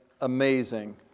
amazing